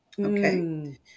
Okay